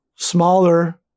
smaller